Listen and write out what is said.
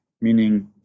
meaning